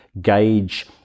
gauge